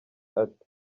ati